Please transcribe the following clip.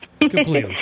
completely